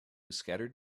scattered